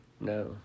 No